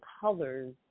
colors